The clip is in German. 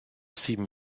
sieben